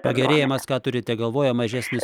pagerėjimas ką turite galvoje mažesnis